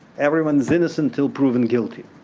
everyone's innocent until proven guilty.